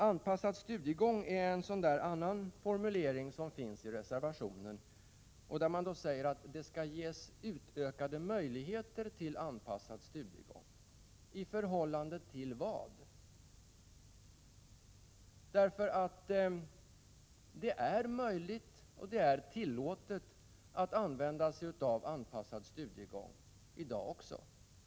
Anpassad studiegång är en annan sak som berörs i reservationen. Man säger att det skall ges ökade möjligheter till anpassad studiegång. Då frågar jag: I förhållande till vad? Det är möjligt och tillåtet att använda sig av anpassad studiegång i dag.